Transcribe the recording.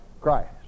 Christ